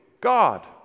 God